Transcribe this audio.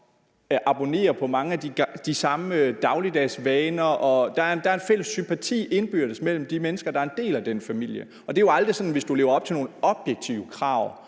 og abonnerer på mange af de samme dagligdags vaner. Der er en indbyrdes sympati mellem de mennesker, der er en del af den familie. Det er jo aldrig sådan, at hvis bare du lever op til nogle objektive krav